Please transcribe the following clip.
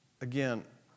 Again